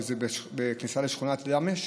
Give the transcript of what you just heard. שזה בכניסה לשכונת דהמש?